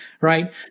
right